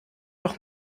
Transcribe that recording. doch